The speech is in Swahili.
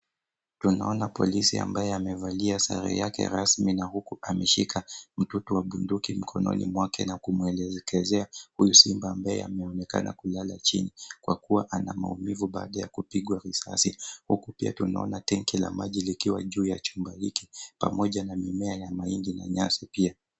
Tunaona polisi ambaye amevalia sare yake rasmi na huku ameshika mtoto wa bunduki mkononi mwake na kumwelekezea huyu simba ambaye ameonekana kulala chini kwa kuwa ana maumivu baada ya kupigwa risasi huku pia tunaona tenki la maji likiwa juu ya chumba hiki pamoja na mimea ya mahindi na nyasi pia.